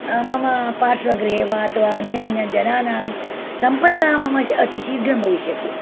मम पार्श्वगृहे वा अथवा अन्यान्यजनानां सम्पर्कः म मम अतिशीघ्रं भविष्यति